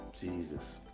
Jesus